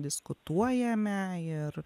diskutuojame ir